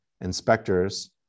inspectors